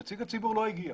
נציג הציבור לא הגיע.